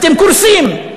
אתם קורסים.